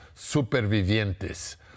supervivientes